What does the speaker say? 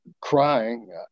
crying